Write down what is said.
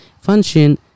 function